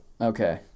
okay